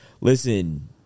Listen